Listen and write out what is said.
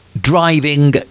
driving